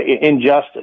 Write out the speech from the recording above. injustice